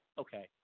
okay